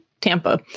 Tampa